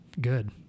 good